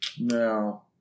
No